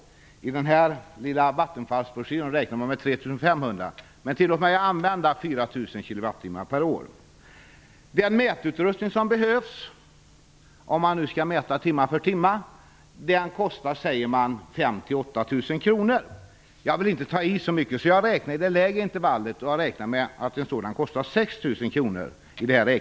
Den mätutrustning som behövs för att mäta förbrukningen timme för timme kostar, säger man, 5 000 - 8 000 kr. Jag vill inte ta i så mycket, så jag räknar lågt i mitt exempel och antar att en sådan kostar 6 000 kr.